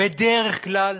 בדרך כלל